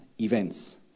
events